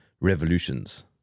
revolutions